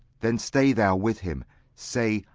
then stay thou with him say,